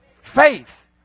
Faith